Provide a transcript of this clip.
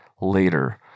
later